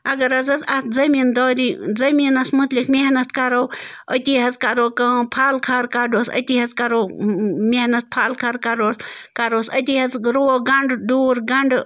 اَگر حظ حظ اَتھ زمیٖندٲری زٔمیٖنَس متعلِق محنت کَرو أتی حظ کَرو کٲم پھل کھار کَڑوس أتی حظ کَرو محنت پھل کھار کَڑوس کَروس أتی حظ رُوَو گَنٛڈٕ ڈوٗر گَنٛڈٕ